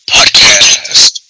Podcast